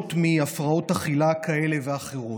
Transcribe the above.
סובלות מהפרעות אכילה כאלה ואחרות.